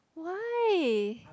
why